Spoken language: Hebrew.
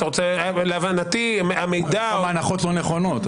להבנתי המידע --- ההנחות לא נכונות.